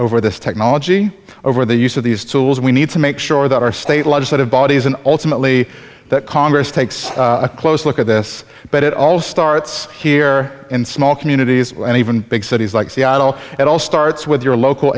over this technology over the use of these tools we need to make sure that our state legislative bodies and ultimately that congress takes a close look at this but it all starts here in small communities and even big cities like seattle it all starts with your local